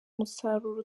umusaruro